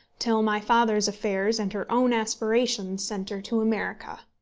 till my father's affairs and her own aspirations sent her to america.